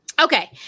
okay